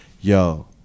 yo